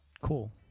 cool